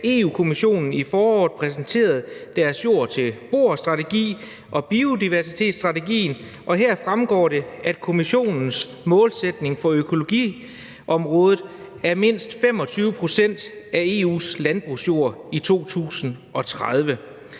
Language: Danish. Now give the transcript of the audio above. Europa-Kommissionen i foråret præsenterede deres jord til bord-strategi og biodiversitetsstrategien. Og det fremgår her, at Kommissionens målsætning for økologiområdet er mindst 25 pct. af EU's landbrugsjord i 2030.